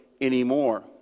anymore